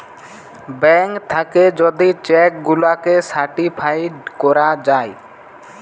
bank থাকে যদি cheque গুলাকে সার্টিফাইড করা যায়